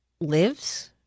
lives